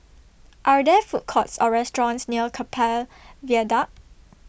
Are There Food Courts Or restaurants near Keppel Viaduct